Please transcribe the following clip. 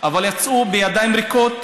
אבל יצאו בידיים ריקות,